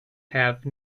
have